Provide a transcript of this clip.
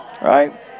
Right